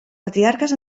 patriarques